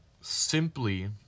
simply